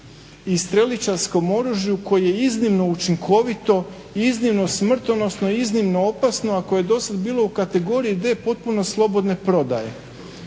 i streličarskom oružju koje je iznimno učinkovito i iznimno smrtonosno i iznimno opasno, a koje je dosad bilo u kategoriji D – potpuno slobodne prodaje.